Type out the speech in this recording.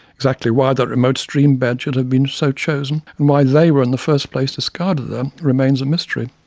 exactly why that remote stream bed should have been so chosen, and why they were in the first place discarded there, remains a mystery.